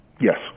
Yes